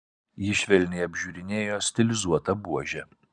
ji švelniai apžiūrinėjo stilizuotą buožę